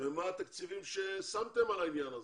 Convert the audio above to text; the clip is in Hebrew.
ומה התקציבים ששמתם לעניין הזה.